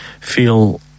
feel